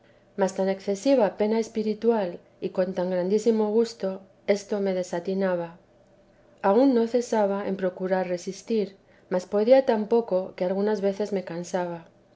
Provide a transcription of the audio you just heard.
mas tan excesiva pena espiritual y con tan grandísimo gusto esto me desatinaba aun no cesaba en procurar resistir mas podía tan poco que algunas veces me cansaba